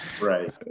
right